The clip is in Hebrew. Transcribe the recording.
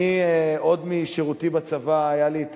עוד משירותי בצבא היה לי,